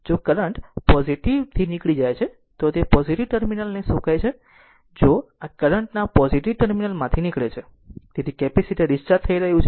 જો current positive થી નીકળી જાય છે તો તે પોઝીટીવ ટર્મિનલ ને શું કહે છે જો આ કરંટ આ પોઝીટીવ ટર્મિનલ માંથી નીકળે છે તેથી કેપેસિટર ડિસ્ચાર્જ થઈ રહ્યું છે